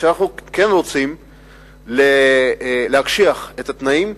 כשאנחנו כן רוצים להקשיח את התנאים,